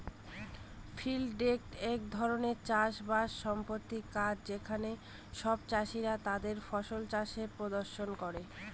field day এক ধরনের চাষ বাস সম্পর্কিত কাজ যেখানে সব চাষীরা তাদের ফসল চাষের প্রদর্শন করে